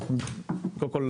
קודם כל,